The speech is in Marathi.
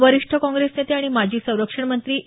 वरिष्ठ कॉग्रेस नेते आणि माजी संरक्षणमंत्री ए